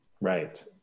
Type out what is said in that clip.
Right